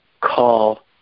call